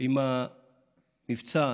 עם המבצע